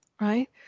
right